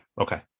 Okay